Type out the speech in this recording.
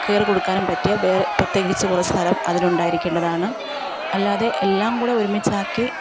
കയറി കിടക്കാനും പറ്റിയ വേറെ പ്രത്യേകിച്ച് കുറെ സ്ഥലം അതിനുണ്ടായിരിക്കേണ്ടതാണ് അല്ലാതെ എല്ലാം കൂടി ഒരുമിച്ചാക്കി